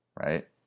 right